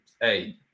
Hey